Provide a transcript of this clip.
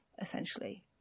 essentially